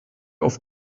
auf